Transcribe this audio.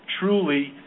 truly